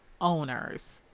owners